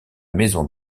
maison